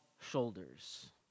shoulders